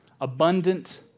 abundant